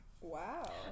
Wow